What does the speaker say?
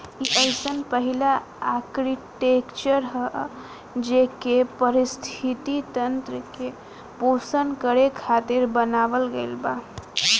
इ अइसन पहिला आर्कीटेक्चर ह जेइके पारिस्थिति तंत्र के पोषण करे खातिर बनावल गईल बा